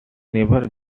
never